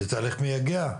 מייגע,